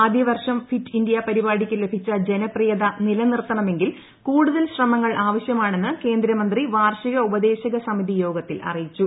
ആദ്യ ്വർഷം fit India പരിപാടിക്ക് ലഭിച്ച ജനപ്രിയത നില നിർത്തണമെങ്കിൽ കൂടുതൽ ശ്രമങ്ങൾ ആവശ്യമാണെന്ന് കേന്ദ്രമന്ത്രി വാർഷിക ഉപദേശക സമിതി യോഗത്തിൽ അറിയിച്ചു